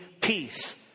peace